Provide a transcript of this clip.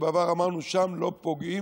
שבעבר אמרנו: שם לא פוגעים,